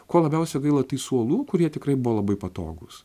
ko labiausiai gaila tai suolų kurie tikrai buvo labai patogūs